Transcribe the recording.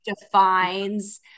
defines